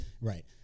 Right